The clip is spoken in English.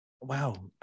wow